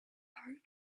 hard